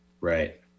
Right